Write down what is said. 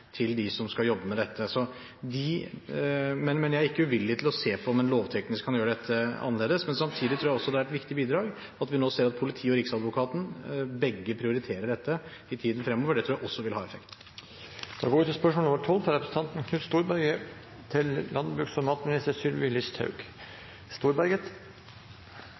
til dem som skal jobbe med dette. Jeg er altså ikke uvillig til å se på om en lovteknisk kan gjøre dette annerledes, men samtidig tror jeg også det er et viktig bidrag i det vi nå ser, at både politiet og Riksadvokaten prioriterer dette i tiden fremover. Det tror jeg også vil ha